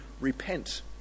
repent